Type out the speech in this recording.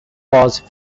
cause